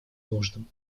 нуждам